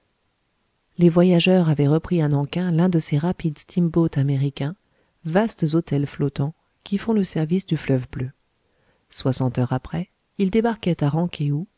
les voyageurs avaient repris à nan king l'un de ces rapides steamboats américains vastes hôtels flottants qui font le service du fleuve bleu soixante heures après ils débarquaient à